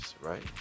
right